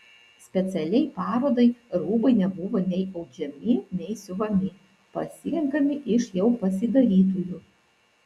specialiai parodai rūbai nebuvo nei audžiami nei siuvami pasirenkami iš jau pasidarytųjų